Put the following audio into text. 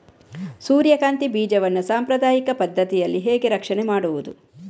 ಸೂರ್ಯಕಾಂತಿ ಬೀಜವನ್ನ ಸಾಂಪ್ರದಾಯಿಕ ಪದ್ಧತಿಯಲ್ಲಿ ಹೇಗೆ ರಕ್ಷಣೆ ಮಾಡುವುದು